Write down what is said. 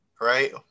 right